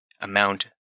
amount